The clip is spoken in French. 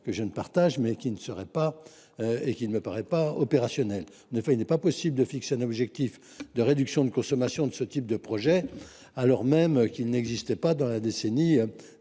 que je partage, elle ne me paraît pas opérationnelle. En effet, il n’est pas possible de fixer un objectif de réduction de consommation pour ce type de projets, alors même qu’au cours de la décennie